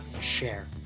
share